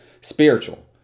Spiritual